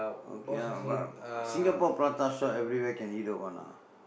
okay ah but Singapore prata shop everywhere can eat one lah